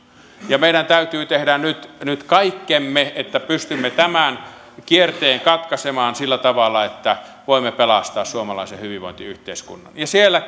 ja meidän täytyy tehdä nyt nyt kaikkemme että pystymme tämän kierteen katkaisemaan sillä tavalla että voimme pelastaa suomalaisen hyvinvointiyhteiskunnan siellä